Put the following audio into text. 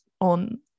on